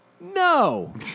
No